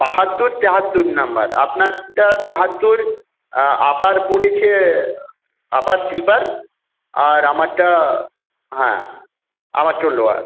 বাহাত্তর তিয়াত্তর নাম্বার আপনারটা তিয়াত্তর আপার পড়েছে আপার স্লিপার আর আমারটা হ্যাঁ আমারটা লোয়ার